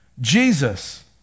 Jesus